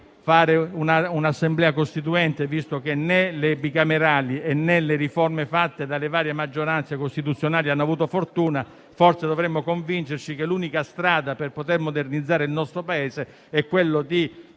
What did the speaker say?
creare un'Assemblea costituente, visto che né le bicamerali, né le riforme fatte dalle varie maggioranze costituzionali hanno avuto fortuna. Forse dovremmo convincerci che l'unica strada per modernizzare il nostro Paese è quella di